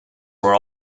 were